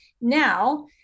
Now